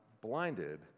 blinded